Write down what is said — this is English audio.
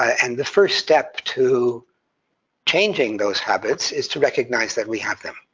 and the first step to changing those habits is to recognize that we have them,